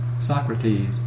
Socrates